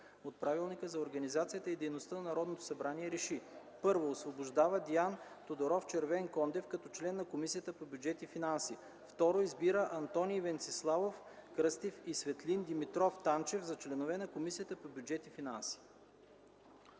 от Правилника за организацията и дейността на Народното събрание РЕШИ: 1. Освобождава Диан Тодоров Червенкондев, като член на Комисията по бюджет и финанси. 2. Избира Антоний Венциславов Кръстев и Светлин Димитров Танчев за членове на Комисията по бюджет и финанси.”